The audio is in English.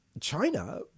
China